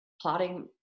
plotting